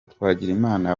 twagirimana